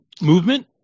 movement